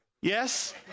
Yes